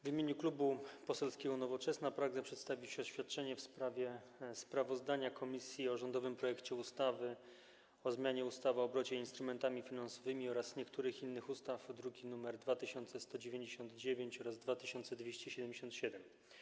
W imieniu Klubu Poselskiego Nowoczesna pragnę przedstawić oświadczenie w sprawie sprawozdania komisji o rządowym projekcie ustawy o zmianie ustawy o obrocie instrumentami finansowymi oraz niektórych innych ustaw, druki nr 2191 i 2277.